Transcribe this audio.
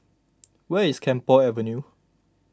where is Camphor Avenue